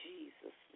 Jesus